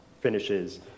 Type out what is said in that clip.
finishes